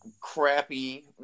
crappy